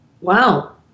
Wow